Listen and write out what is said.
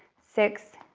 six,